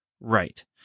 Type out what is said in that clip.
right